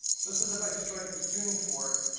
just as if i strike this tuning fork,